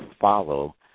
follow